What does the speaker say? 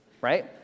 right